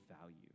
value